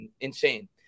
Insane